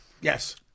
Yes